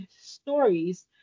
stories